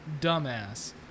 dumbass